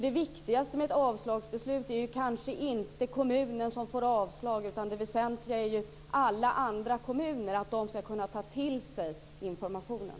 Det viktigaste med ett avslagsbeslut är kanske inte att en kommun får avslag utan att alla andra kommuner kan ta till sig informationen.